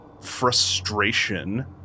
frustration